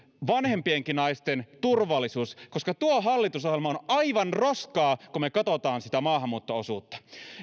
vanhempienkin naisten turvallisuus koska tuo hallitusohjelma on aivan roskaa kun me katsomme sitä maahanmuutto osuutta